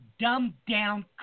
dumbed-down